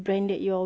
do you agree